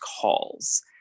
calls